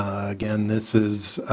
again this is